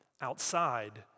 outside